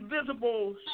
invisible